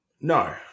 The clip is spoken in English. No